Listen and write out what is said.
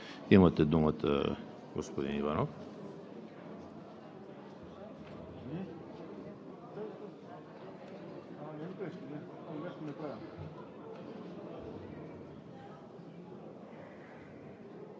Имате думата, господин Иванов.